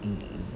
um